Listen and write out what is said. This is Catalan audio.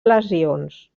lesions